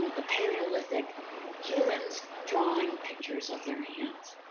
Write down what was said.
the paleolithic humans drawing pictures of their hands